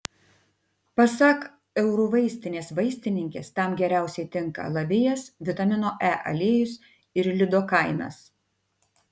pasak eurovaistinės vaistininkės tam geriausiai tinka alavijas vitamino e aliejus ir lidokainas